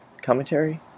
commentary